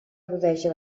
rodeja